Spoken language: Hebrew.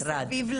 גם עכשיו,